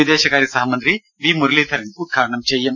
വിദേശകാര്യ സഹമന്ത്രി വി മുരളീധരൻ ഉദ്ഘാടനം ചെയ്യും